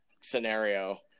Scenario